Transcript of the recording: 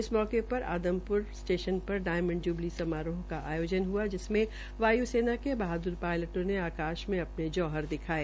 इस मौके पर आदमप्र स्टेशन पर डायमंड ज्बली समारोह का आयोजन हआ जिसमें वाय्सेना के बहादुर पायलटों ने आकाश मे अपने जौहर दिखाये